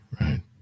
Right